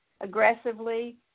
aggressively